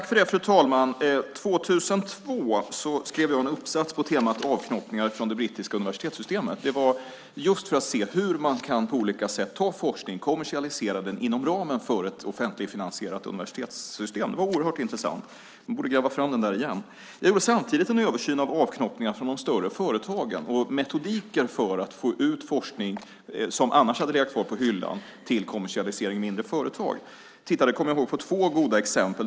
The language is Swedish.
Fru talman! År 2002 skrev jag en uppsats på temat avknoppningar från det brittiska universitetssystemet. Det var just för att se hur man på olika sätt kan se ta forskning och kommersialisera den inom ramen för ett offentligfinansierat universitetssystem. Det var oerhört intressant. Jag borde gräva fram den igen. Jag gjorde samtidigt en översyn av avknoppningar från de större företagen och metodiker för att få ut forskning som annars hade legat kvar på hyllan till kommersialisering i mindre företag. Jag tittade på två goda exempel.